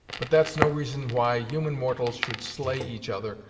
but that's no reason why human mortals should slay each other,